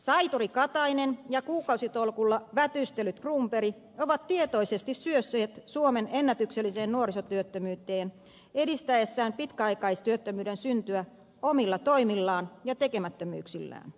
saituri katainen ja kuukausitolkulla vätystellyt cronberg ovat tietoisesti syösseet suomen ennätykselliseen nuorisotyöttömyyteen edistäessään pitkäaikaistyöttömyyden syntyä omilla toimillaan ja tekemättömyyksillään